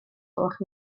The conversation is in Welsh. gwelwch